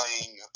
playing